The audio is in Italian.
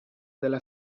della